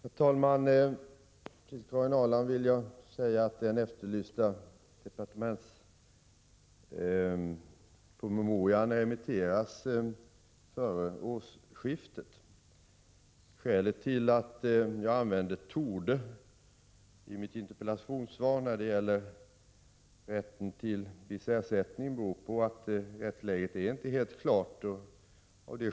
Herr talman! Till Karin Ahrland vill jag säga att den efterlysta departementspromemorian remitteras före årsskiftet. Skälet till att jag använde ”torde” i mitt interpellationssvar när det gäller rätten till viss ersättning är att rättsläget inte är helt klart.